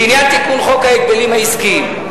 לעניין תיקון חוק ההגבלים העסקיים,